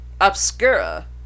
Obscura